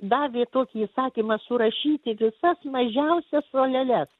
davė tokį įsakymą surašyti visas mažiausias saleles